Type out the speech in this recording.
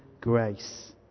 grace